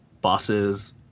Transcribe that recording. bosses